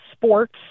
Sports